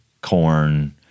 corn